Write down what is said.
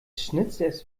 schnitzers